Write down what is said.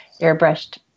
airbrushed